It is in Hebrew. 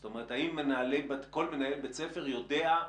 זאת אומרת, האם כל מנהל בית ספר יודע?